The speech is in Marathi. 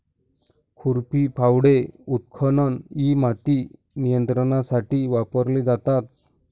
खुरपी, फावडे, उत्खनन इ माती नियंत्रणासाठी वापरले जातात